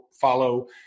follow